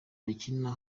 bakina